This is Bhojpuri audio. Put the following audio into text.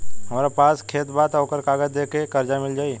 हमरा पास खेत बा त ओकर कागज दे के कर्जा मिल जाई?